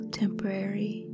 temporary